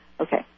Okay